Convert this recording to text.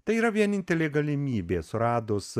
tai yra vienintelė galimybė suradus